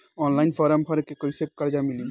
Online form भर के कैसे कर्जा मिली?